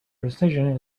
precision